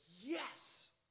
yes